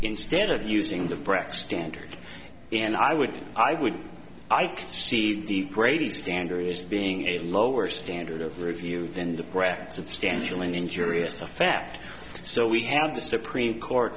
instead of using the brecht standard and i would i would i could see the brady standard as being a lower standard of review than the breath substantial an injury effect so we have the supreme court